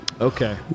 Okay